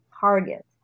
target